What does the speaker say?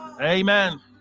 Amen